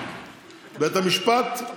בית המשפט!